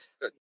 Good